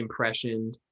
impressioned